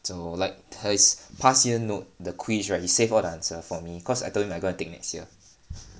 so like hers past year note the quiz right you save all the answer for me cause I told you I'm going to take next year